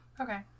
Okay